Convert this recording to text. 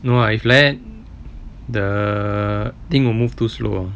no ah if like that the thing will move too slow lor